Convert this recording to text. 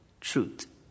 truth